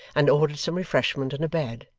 and ordered some refreshment and a bed.